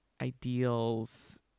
ideals